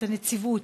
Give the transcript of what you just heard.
את הנציבות,